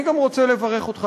אני גם רוצה לברך אותך,